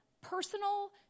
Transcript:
personal